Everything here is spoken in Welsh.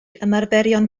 ymarferion